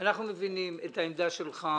אנחנו מבינים את העמדה שלך.